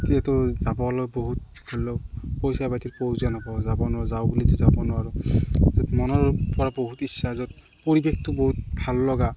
যিহেতু যাবলৈ বহুত ধৰি লওক পইচা পাতিৰ প্ৰয়োজন হ'ব যাব নোৱাৰোঁ যাওঁ বুলি যাব নোৱাৰোঁ য'ত মনৰপৰা বহুত ইচ্ছা য'ত পৰিৱেশটো বহুত ভাললগা